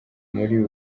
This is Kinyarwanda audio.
muri